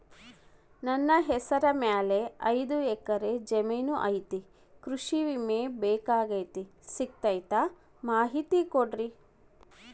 ನನ್ನ ಹೆಸರ ಮ್ಯಾಲೆ ಐದು ಎಕರೆ ಜಮೇನು ಐತಿ ಕೃಷಿ ವಿಮೆ ಬೇಕಾಗೈತಿ ಸಿಗ್ತೈತಾ ಮಾಹಿತಿ ಕೊಡ್ರಿ?